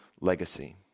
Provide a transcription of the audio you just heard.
legacy